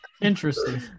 Interesting